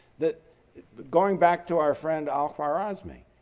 that going back to our friend al-khwarizmi.